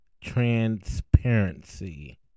transparency